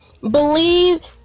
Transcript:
believe